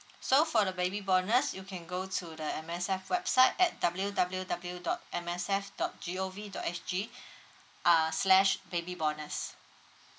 so for the baby bonus you can go to the M_S_F website at w w w dot M S F dot G O V dot S_G uh slash baby bonus